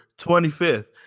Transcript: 25th